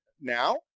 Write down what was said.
now